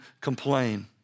complain